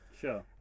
Sure